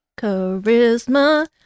Charisma